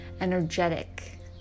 energetic